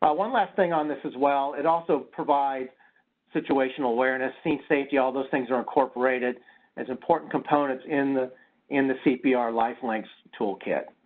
but one last thing on this as well, it also provides situational awareness, scene safety. all those things are incorporated as important components in the in the cpr lifelinks toolkit.